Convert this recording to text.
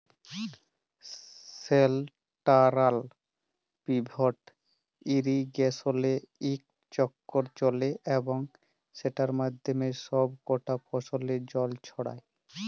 central pivot ইরিগেসলে ইকট চক্কর চলে এবং সেটর মাধ্যমে ছব কটা ফসলে জল ছড়ায়